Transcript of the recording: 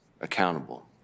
accountable